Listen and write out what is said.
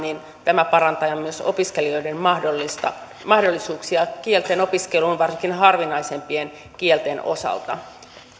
tämä parantaa myös opiskelijoiden mahdollisuuksia kieltenopiskeluun varsinkin harvinaisempien kielten osalta